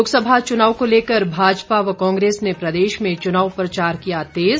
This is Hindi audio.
लोकसभा चुनाव को लेकर भाजपा व कांग्रेस ने प्रदेश में चुनाव प्रचार किया तेज